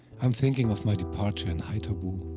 i'm thinking of my departure in haithabu,